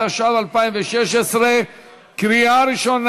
תודה רבה.